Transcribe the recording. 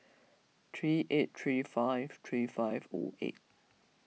three eight three five three five zero eight